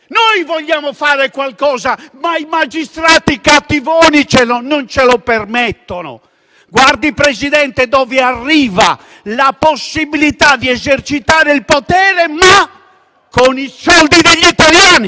che vogliono fare qualcosa, ma i magistrati, cattivoni, non glielo permettono. Guardi, signor Presidente, dove arriva la possibilità di esercitare il potere, ma con i soldi degli italiani!